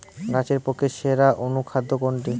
গাছের পক্ষে সেরা অনুখাদ্য কোনটি?